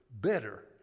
better